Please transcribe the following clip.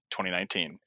2019